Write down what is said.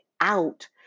out